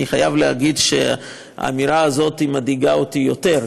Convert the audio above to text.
אני חייב להגיד שהאמירה הזאת מדאיגה אותי יותר,